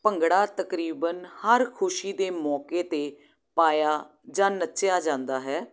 ਭੰਗੜਾ ਤਕਰੀਬਨ ਹਰ ਖੁਸ਼ੀ ਦੇ ਮੌਕੇ 'ਤੇ ਪਾਇਆ ਜਾਂ ਨੱਚਿਆ ਜਾਂਦਾ ਹੈ